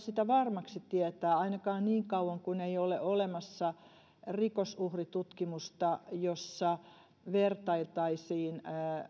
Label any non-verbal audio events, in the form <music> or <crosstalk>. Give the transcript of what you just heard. <unintelligible> sitä varmaksi tietää ainakaan niin kauan kun ei ole olemassa rikosuhritutkimusta jossa vertailtaisiin